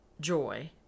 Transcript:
joy